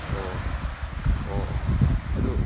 ꯑꯣ ꯑꯣ ꯑꯣ ꯑꯗꯨ